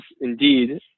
indeed